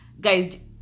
guys